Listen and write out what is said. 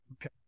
Okay